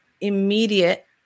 immediate